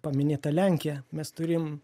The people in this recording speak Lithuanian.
paminėta lenkija mes turim